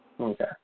Okay